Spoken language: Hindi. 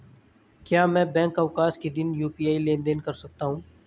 क्या मैं बैंक अवकाश के दिन यू.पी.आई लेनदेन कर सकता हूँ?